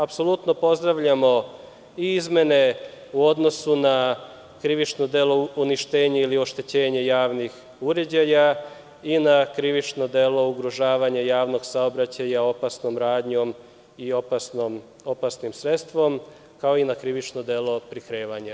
Apsolutno pozdravljamo i izmene u odnosu na krivično delo uništenje ili oštećenje javnih uređaja i na krivično delo ugrožavanja javnog saobraćaja opasnom radnjom i opasnim sredstvom, kao i na krivično delo prikrivanja.